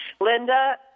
Linda